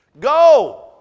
Go